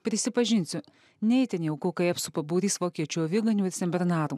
prisipažinsiu ne itin jauku kai apsupa būrys vokiečių aviganių ir senbernarų